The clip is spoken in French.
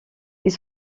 ils